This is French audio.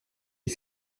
des